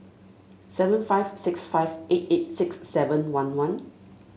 seven five six five eight eight six seven one one